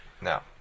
Now